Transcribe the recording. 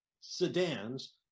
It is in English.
sedans